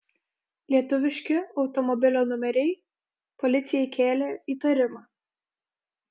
lietuviški automobilio numeriai policijai kėlė įtarimą